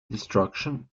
destruction